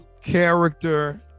character